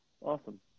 awesome